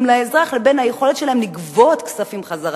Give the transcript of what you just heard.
לבין היכולת שלהן לגבות כספים חזרה,